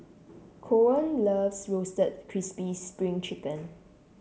Koen loves Roasted Crispy Spring Chicken